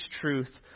truth